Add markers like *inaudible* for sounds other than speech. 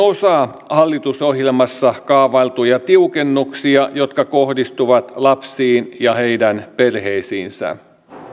*unintelligible* osa hallitusohjelmassa kaavailtuja tiukennuksia jotka kohdistuvat lapsiin ja heidän perheisiinsä